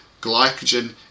glycogen